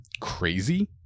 crazy